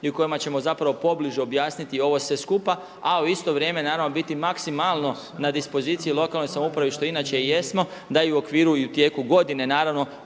i kojima ćemo zapravo pobliže objasniti ovo sve skupa a u isto vrijeme naravno biti maksimalno na dispoziciji u lokalnoj samoupravi što inače i jesmo da i u okviru i u tijeku godine naravno